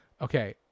Okay